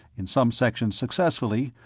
in some sections successfully,